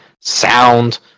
sound